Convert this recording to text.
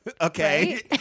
Okay